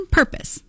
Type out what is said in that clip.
purpose